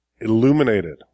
illuminated